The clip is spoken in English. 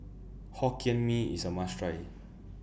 Hokkien Mee IS A must Try